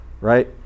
right